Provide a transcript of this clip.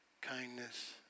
kindness